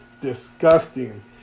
disgusting